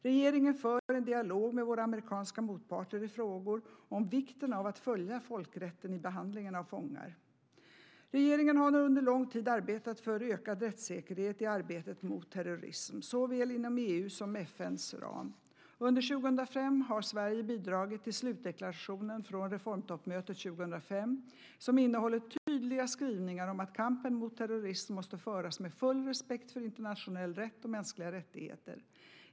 Regeringen för en dialog med våra amerikanska motparter i frågor om vikten av att följa folkrätten i behandlingen av fångar. Regeringen har under lång tid arbetat för ökad rättssäkerhet i arbetet mot terrorism, inom såväl EU:s som FN:s ram. Under 2005 har Sverige bidragit till slutdeklarationen från reformtoppmötet 2005, som innehåller tydliga skrivningar om att kampen mot terrorism måste föras med full respekt för internationell rätt och mänskliga rättigheter.